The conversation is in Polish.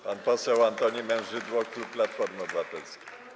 Pan poseł Antoni Mężydło, klub Platformy Obywatelskiej.